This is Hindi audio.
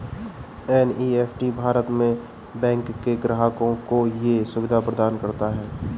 एन.ई.एफ.टी भारत में बैंक के ग्राहकों को ये सुविधा प्रदान करता है